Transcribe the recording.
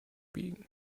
biegen